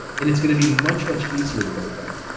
and it's gonna be much much easier to get it done.